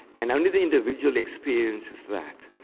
and only the individual experiences that.